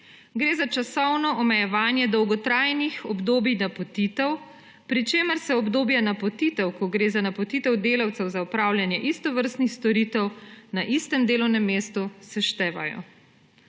Gre za časovno omejevanje dolgotrajnih obdobij napotitev, pri čemer se obdobja napotitev, ko gre za napotitev delavcev za opravljanje istovrstnih storitev na istem delovnem mestu, seštevajo.